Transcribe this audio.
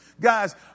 Guys